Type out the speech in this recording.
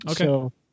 Okay